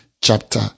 chapter